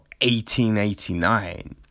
1889